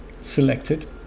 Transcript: selected